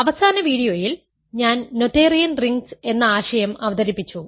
അവസാന വീഡിയോയിൽ ഞാൻ നോതേറിയൻ റിംഗ്സ് എന്ന ആശയം അവതരിപ്പിച്ചു